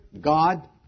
God